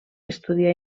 estudià